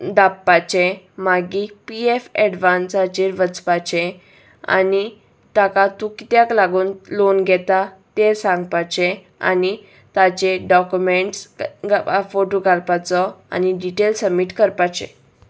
धापपाचें मागीर P F एडवान्साचेर वचपाचे आनी ताका तूं कित्याक लागून लोन घेता तें सांगपाचे आनी ताचे डॉक्युमेंट्स फोटो घालपाचो आनी डिटेल सबमीट करपाचे